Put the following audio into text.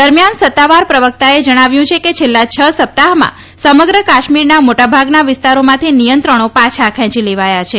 દરમિયાન સત્તાવાર પ્રવક્તાએ જણાવ્યું છે કે છેલ્લાં છ સપ્તાહમાં સમગ્ર કાશ્મીરના મોટાભાગના વિસ્તારોમાંથી નિયંત્રણો પાછા ખેંચી લેવાયા છે